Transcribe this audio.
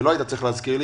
ולא היית צריך להזכיר לי,